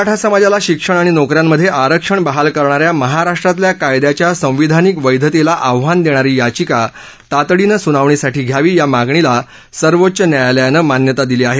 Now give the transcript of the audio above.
मराठा समाजाला शिक्षण आणि नोक यांमधे आरक्षण बहाल करणा या महाराष्ट्रातल्या कायद्याच्या संविधानिक वैधतेला आव्हान देणारी याचिका तातडीनं सुनावणीसाठी घ्यावी या मागणीला सर्वोच्च न्यायालयानं मान्यता दिली आहे